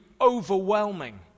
overwhelming